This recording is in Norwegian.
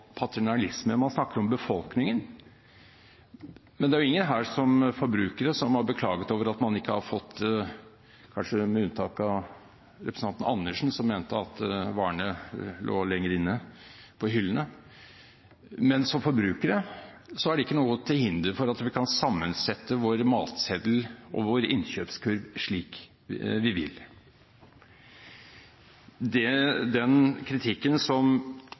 paternalisme. Man snakker om befolkningen. Men det er jo ingen her som forbrukere som har klaget over at man ikke har fått – kanskje med unntak av representanten Andersen, som mente at varene lå lenger inne på hyllene. Som forbrukere er det imidlertid ikke noe til hinder for at vi kan sammensette vår matseddel og vår innkjøpskurv slik vi vil. Den kritikken som